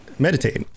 meditate